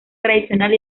tradicional